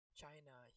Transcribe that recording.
China